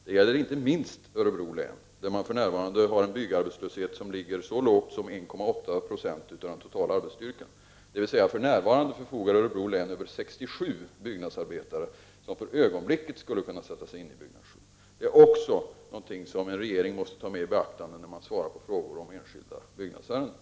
Det gäller inte minst Örebro län, där man för närvarande har en byggarbetslöshet som ligger så lågt som vid 1,8 Z av den totala arbetsstyrkan, dvs. att för närvarande förfogar Örebro län över 67 byggnadsarbetare, som för ögonblicket skulle kunna sättas in i byggarbete. Det är också något som regeringen måste beakta när man svarar på frågor om enskilda byggnadsärenden.